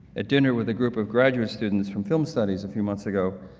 at dinner with a group of graduate students from film studies a few months ago,